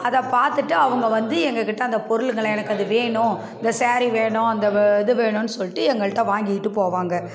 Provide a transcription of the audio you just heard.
அதை பார் த்துட்டு அவங்க வந்து எங்ககிட்ட அந்த பொருள்களை எனக்கு அது வேணும் இந்த ஸாரி வேணும் அந்த இது வேணும்னு சொல்லிட்டு எங்கள்கிட்ட வாங்கிட்டு போவாங்க